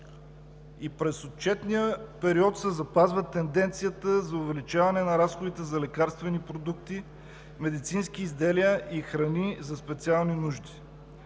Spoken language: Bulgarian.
И през отчетния период се запазва тенденцията за увеличаване на разходите за лекарствени продукти, медицински изделия и храни за специални нужди.